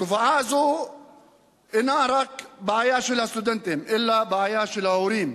תופעה זו אינה רק בעיה של הסטודנטים אלא בעיה של ההורים,